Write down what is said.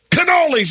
Cannolis